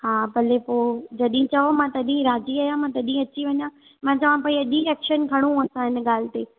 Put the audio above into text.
हा भली पोइ जॾहिं चओ मां तॾहिं राज़ी आहियां मां तॾहिं अची वञा मां चवां पई अॼु ई एक्शन खणूं था इन ॻाल्हि ते